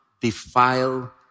defile